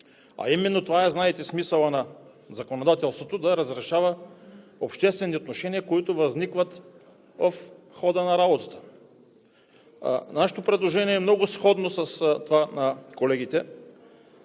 А именно, знаете, това е смисълът на законодателството да разрешава обществени отношения, които възникват в хода на работата. Нашето предложение е много сходно с това на колегите.